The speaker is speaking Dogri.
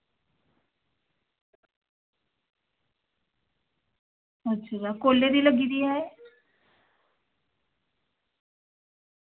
अच्छा कोलै दी लग्गी दी ऐ एह्